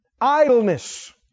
Idleness